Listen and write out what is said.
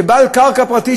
כבעל קרקע פרטית,